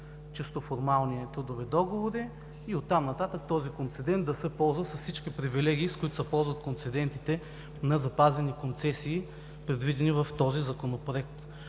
чисто формални трудови договори и от тук нататък този концедент да се ползва с всички привилегии, с които се ползват концедентите на запазени концесии, предвидени в този Законопроект.